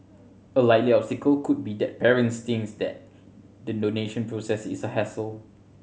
a likely obstacle could be that parents thinks that the donation process is a hassle